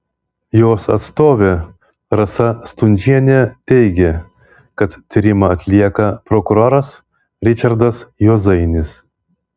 jos atstovė rasa stundžienė teigė kad tyrimą atlieka prokuroras ričardas juozainis